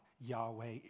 Yahweh